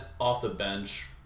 off-the-bench